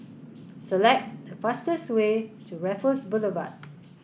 select the fastest way to Raffles Boulevard